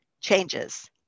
changes